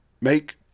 make